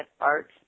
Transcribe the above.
art